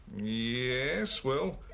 yes, well,